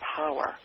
power